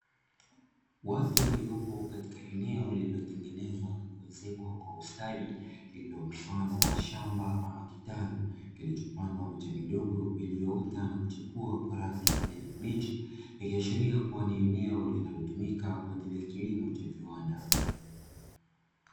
Watu waliopo katika eneo lililotengenezwa na kuezekwa kwa ustadi lililo mfano wa shamba ama kitalu, kilichopandwa miche midogo iliyoota na kuchipua kwa rangi ya kijani kibichi, ikiashiria kuwa ni eneo linalotumika kwa ajili ya kilimo cha viwanda.